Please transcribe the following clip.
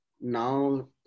now